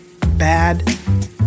bad